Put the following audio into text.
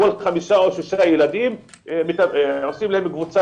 לכל חמישה או שישה ילדים עושים קבוצה